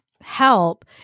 help